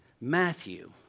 Matthew